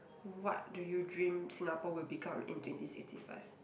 what do you dream Singapore will become in twenty sixty five